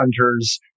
hunters